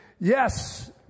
Yes